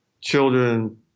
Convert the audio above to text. children